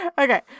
Okay